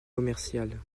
commerciales